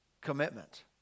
commitment